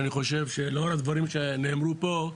ואני חושב שלא רק דברים שנאמרו פה,